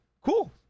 cool